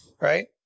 right